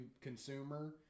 consumer